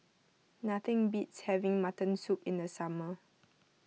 nothing beats having Mutton Soup in the summer